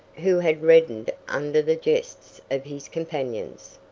who had reddened under the jests of his companions.